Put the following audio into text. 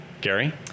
Gary